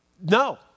no